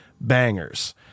bangers